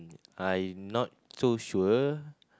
I'm not so sure